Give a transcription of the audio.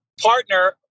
partner